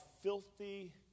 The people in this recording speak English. filthy